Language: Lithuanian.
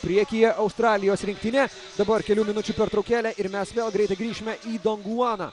priekyje australijos rinktinė dabar kelių minučių pertraukėlė ir mes vėl greitai grįšime į donguaną